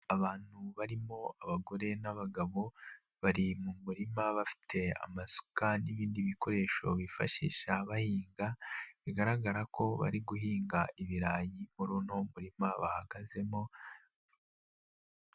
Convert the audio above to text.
Abantu barimo abagore n'abagabo bari mu murima bafite amasuka n'ibindi bikoresho bifashisha bahinga, bigaragara ko bari guhinga ibirayi muri uno murima bahagazemo.